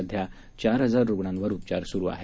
सध्या चार हजार रुग्णांवर उपचार सुरु आहेत